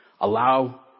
allow